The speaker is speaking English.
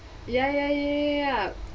ya ya ya ya ya